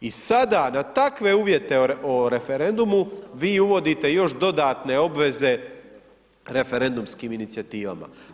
I sada, na takve uvjete o referendumu, vi uvodite još dodatne obveze referendumskim inicijativama.